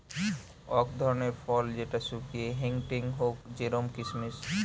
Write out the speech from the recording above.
অক ধরণের ফল যেটা শুকিয়ে হেংটেং হউক জেরোম কিসমিস